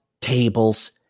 tables